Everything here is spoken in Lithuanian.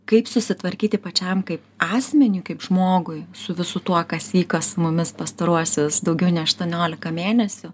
kaip susitvarkyti pačiam kaip asmeniui kaip žmogui su visu tuo kas kas mumis pastaruosius daugiau nei aštuoniolika mėnesių